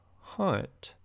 hunt